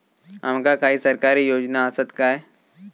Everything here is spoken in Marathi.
आमका काही सरकारी योजना आसत काय?